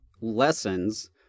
lessons